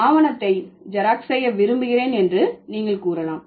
ஆவணத்தை ஜெராக்ஸ் செய்ய விரும்புகிறேன் என்று நீங்கள் கூறலாம்